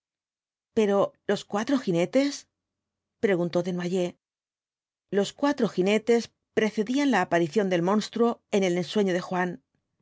pero los cuatro jinetes preguntó desnoyers los cuatro jinetes precedían la aparición del monstruo en el ensueño de juan